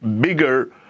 bigger